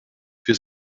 für